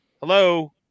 hello